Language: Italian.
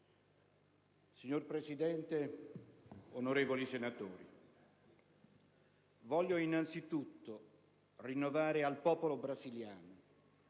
Signor Presidente, onorevoli senatori, voglio innanzitutto rinnovare al popolo brasiliano,